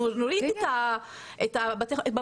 נוריד את בתי החולים וכו',